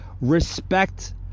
Respect